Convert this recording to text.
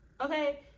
okay